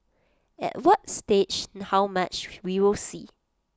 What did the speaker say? at what stage how much we will see